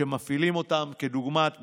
שמפעילים אותם, דוגמת מסעדות,